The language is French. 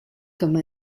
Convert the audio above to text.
comme